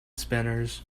spinners